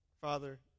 Father